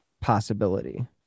possibility